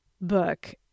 book